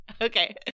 Okay